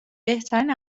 بهترین